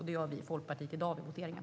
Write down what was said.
Det gör vi i Folkpartiet i dag vid voteringen.